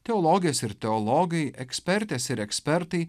teologės ir teologai ekspertės ir ekspertai